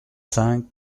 cinq